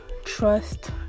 trust